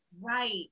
Right